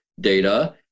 data